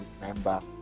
remember